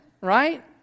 right